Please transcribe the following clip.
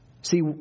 See